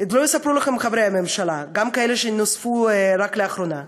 חברי הממשלה, גם אלה שנוספו רק לאחרונה.